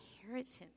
inheritance